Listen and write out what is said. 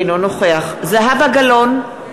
אינו נוכח זהבה גלאון,